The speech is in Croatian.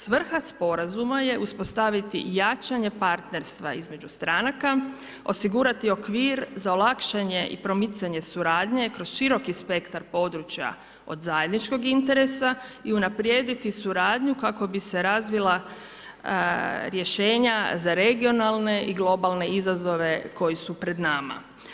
Svrha sporazuma je uspostaviti jačanje partnerstva između stranaka, osigurati okvir za olakšanje i promicanje suradnje kroz široki spektar područja od zajedničkog interesa i unaprijediti suradnju kako bise razvila rješenja za regionalne i globalne izazove koji su pred nama.